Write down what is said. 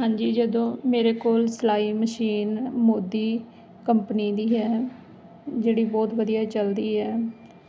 ਹਾਂਜੀ ਜਦੋਂ ਮੇਰੇ ਕੋਲ ਸਿਲਾਈ ਮਸ਼ੀਨ ਮੋਦੀ ਕੰਪਨੀ ਦੀ ਹੈ ਜਿਹੜੀ ਬਹੁਤ ਵਧੀਆ ਚੱਲਦੀ ਹੈ